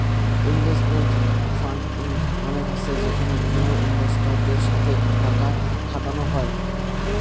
investment fund মানে হসে যেখানে বিভিন্ন ইনভেস্টরদের সাথে টাকা খাটানো হই